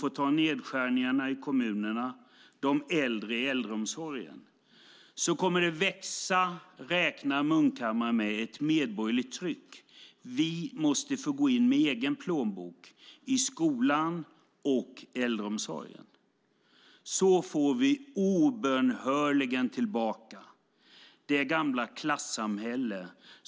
får ta nedskärningarna i kommunerna och de äldre i äldreomsorgen. Så kommer det att växa fram, räknar Munkhammar med, ett medborgerligt tryck: Vi måste få gå in med egen plånbok i skolan och äldreomsorgen. Så får vi obönhörligen tillbaka det gamla klassamhället.